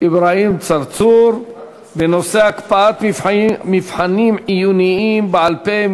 אברהים צרצור בנושא: הקפאת מבחנים עיוניים בעל-פה,